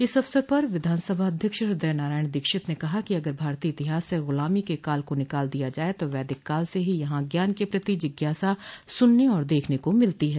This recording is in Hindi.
इस अवसर पर विधानसभा अध्यक्ष हृदय नारायण दीक्षित ने कहा कि अगर भारतीय इतिहास से गुलामी क काल को निकाल दिया जाये तो वैदिक काल से ही यहां ज्ञान के प्रति जिज्ञासा सुनने और देखने को मिलती है